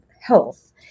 health